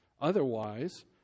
Otherwise